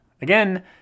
Again